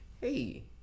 hey